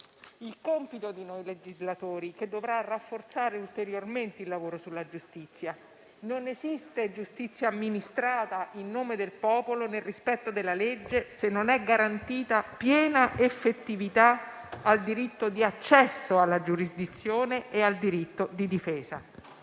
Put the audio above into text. il compito di noi legislatori, che dovrà rafforzare ulteriormente il lavoro sulla giustizia. Non esiste giustizia amministrata in nome del popolo e nel rispetto della legge se non è garantita piena effettività al diritto di accesso alla giurisdizione e al diritto di difesa.